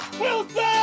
Wilson